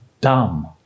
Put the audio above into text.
dumb